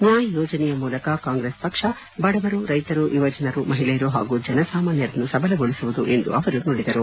ನ್ಕಾಯ್ ಯೋಜನೆಯ ಮೂಲಕ ಕಾಯ್ರೆಸ್ ಪಕ್ಷ ಬಡವರು ರೈತರು ಯುವಜನರು ಮಹಿಳೆಯರು ಹಾಗೂ ಜನಸಾಮಾನ್ಲರನ್ನು ಸಬಲಗೊಳಿಸುವುದು ಎಂದು ಅವರು ನುಡಿದರು